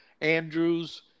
Andrews